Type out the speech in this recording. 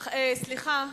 סליחה.